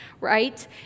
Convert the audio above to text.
right